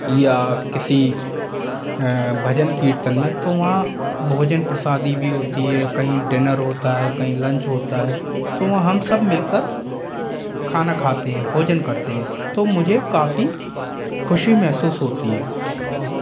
या किसी भजन कीर्तन में तो वहाँ भोजन प्रसादी भी होती है कहीं डिनर होता है कहीं लंच होता है तो वहाँ हम सब मिलकर खाना खाते हैं भोजन करते हैं तो मुझे काफी खुशी महसूस होती है